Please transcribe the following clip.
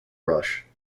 rush